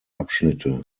abschnitte